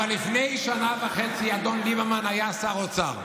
אבל לפני שנה וחצי אדון ליברמן היה שר אוצר,